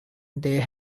they